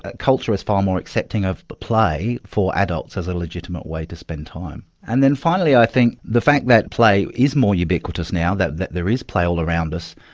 ah culture is far more accepting of play for adults as a legitimate way to spend time. and then finally i think the fact that play is more ubiquitous now, that that there is play all around us,